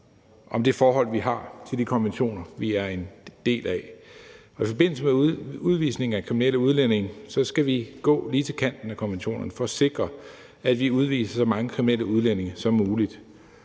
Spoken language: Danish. om det forhold, vi har til de konventioner, vi er en del af. I forbindelse med udvisning af kriminelle udlændinge skal vi gå lige til kanten af konventionerne for at sikre, at vi udviser så mange kriminelle udlændinge som muligt,